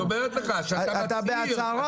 אתה בהצהרה.